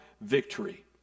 victory